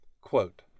Quote